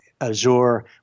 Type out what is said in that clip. Azure